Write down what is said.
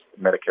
Medicare